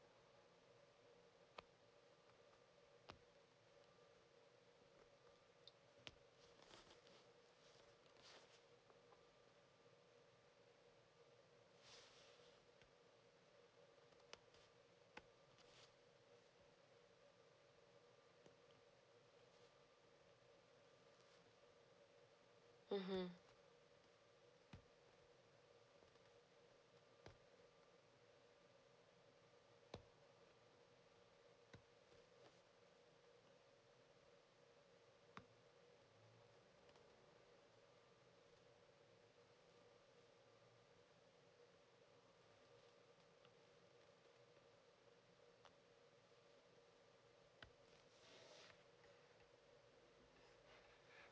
mmhmm